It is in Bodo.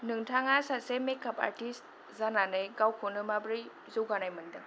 नोंथाङा सासे मेकाप आर्टिस्ट जानानै गावखौनो माबोरै जौगानाय मोनदों